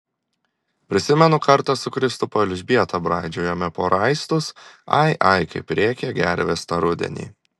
prisimenu kartą su kristupo elžbieta braidžiojome po raistus ai ai kaip rėkė gervės tą rudenį